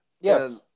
Yes